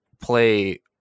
play